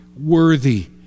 worthy